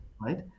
right